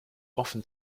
often